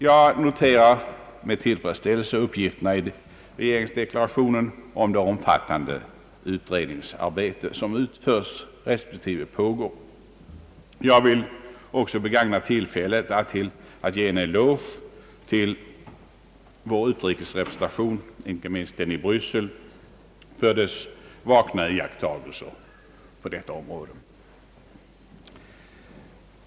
Jag noterar med tillfredsställelse uppgifterna i regeringsdeklarationen om det omfattande utredningsarbete som utförts respektive pågår. Jag vill också begagna tillfället att ge en eloge till vår utrikesrepresentation, inte minst den i Bryssel, för dess vakna iakttagelser på detta område.